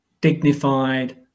dignified